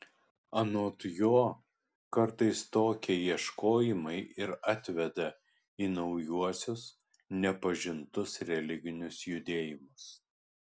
anot jo kartais tokie ieškojimai ir atveda į naujuosius nepažintus religinius judėjimus